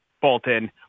Bolton